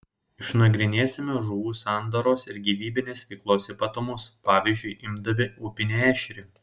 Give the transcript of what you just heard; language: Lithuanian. išnagrinėsime žuvų sandaros ir gyvybinės veiklos ypatumus pavyzdžiu imdami upinį ešerį